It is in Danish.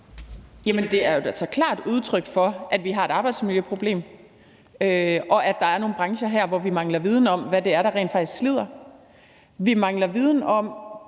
Det er jo da så klart et udtryk for, at vi har et arbejdsmiljøproblem, og at der her er nogle brancher, hvor vi mangler viden om, hvad det er, der rent faktisk slider. Vi mangler viden om